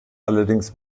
allerdings